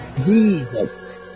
Jesus